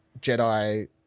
Jedi